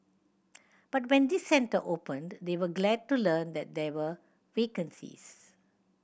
but when this centre opened they were glad to learn that there were vacancies